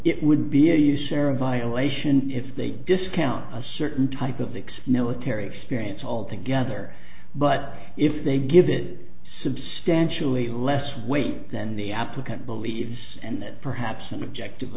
it would be a usera violation if they discount a certain type of the x no terry experience altogether but if they give it substantially less weight than the applicant believes and perhaps an objective